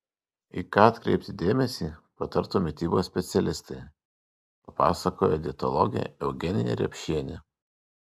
į ką atkreipti dėmesį patartų mitybos specialistai papasakojo dietologė eugenija repšienė